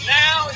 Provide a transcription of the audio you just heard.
now